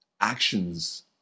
Actions